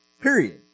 Period